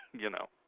you know.